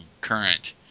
current